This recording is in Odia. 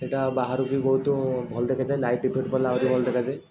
ସେଇଟା ବାହାରୁ ବି ବହୁତ ଭଲ ଦେଖାଯାଏ ଲାଇଟ ଇଫେକ୍ଟ ପଡ଼ିଲେ ଆହୁରି ଭଲ ଦେଖାଯାଏ